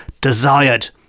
desired